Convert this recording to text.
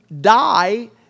die